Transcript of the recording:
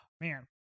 man